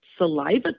Saliva